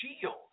shield